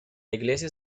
iglesia